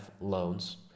loans